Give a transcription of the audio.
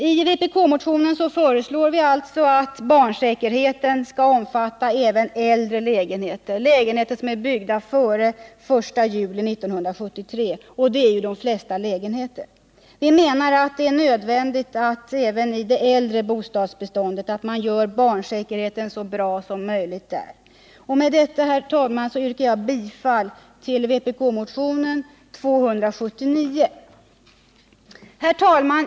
I vpk-motionen föreslår vi att barnsäkerheten skall omfatta även äldre lägenheter, alltså lägenheter byggda före den 1 juli 1973 — och det är ju de flesta lägenheter. Vi anser det nödvändigt att även i det äldre bostadsbeståndet göra barnsäkerheten så bra som möjlig. Med detta, herr talman, yrkar jag bifall till vpk-motionen 279.